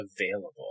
available